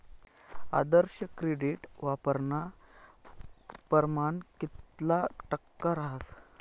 आदर्श credit वापरानं परमाण कितला टक्का रहास